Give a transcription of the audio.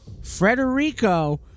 Frederico